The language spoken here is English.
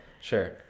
Sure